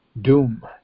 doom